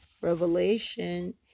revelation